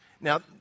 Now